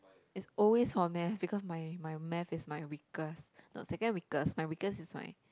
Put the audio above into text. it's always for math because my my math is my weakest no second weakest my weakest is my